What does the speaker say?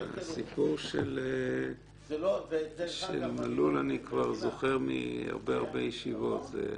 את הסיפור של מלול אני זוכר מהרבה הרבה ישיבות.